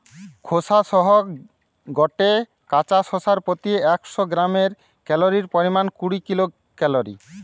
খোসা সহ গটে কাঁচা শশার প্রতি একশ গ্রামে ক্যালরীর পরিমাণ কুড়ি কিলো ক্যালরী